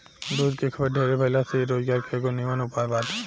दूध के खपत ढेरे भाइला से इ रोजगार के एगो निमन उपाय बाटे